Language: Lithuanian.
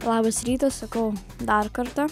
labas rytas sakau dar kartą